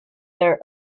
their